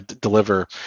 deliver